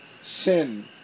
Sin